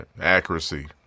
Accuracy